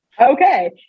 okay